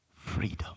freedom